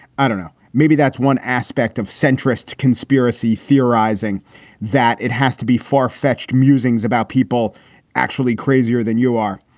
i don't know. maybe that's one aspect of centrist conspiracy theorizing that it has to be far fetched musings about people actually crazier than you are.